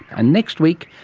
and next week,